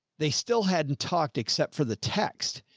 they still hadn't talked except for the text.